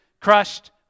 crushed